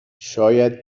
شاید